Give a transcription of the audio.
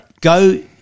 Go